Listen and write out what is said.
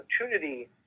opportunity